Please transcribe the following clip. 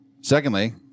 Secondly